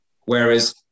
whereas